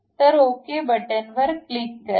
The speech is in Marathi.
तर ओके क्लिक करा